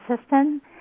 system